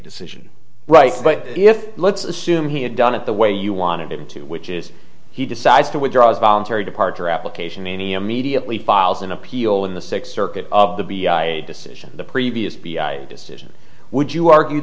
decision right but if let's assume he had done it the way you wanted him to which is he decides to withdraw his voluntary departure application any immediately files an appeal in the six circuit of the b i a decision the previous decision would you argue